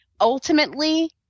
ultimately